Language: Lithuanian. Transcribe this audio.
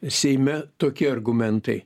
seime tokie argumentai